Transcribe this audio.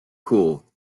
cool